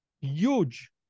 huge